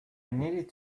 needed